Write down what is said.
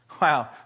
Wow